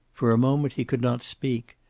for a moment he could not speak.